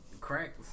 crack